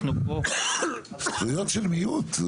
זכויות של מיעוט.